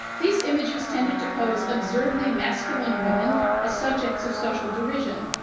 these images tended to pose absurdly masculine women as subjects of social derision,